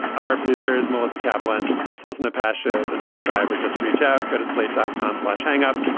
our producer is melissa kaplan closing the passes and subscribe or just reach out yeah to slate dot com slash hang up.